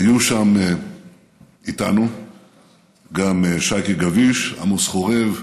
היו שם איתנו גם שייקה גביש, עמוס חורב,